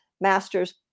master's